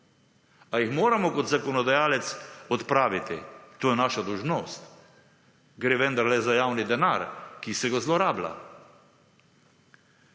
Ali jih moramo kot zakonodajalec odpraviti? To je naša dolžnost. Gre vendarle za javni denar, ki se ga zlorablja.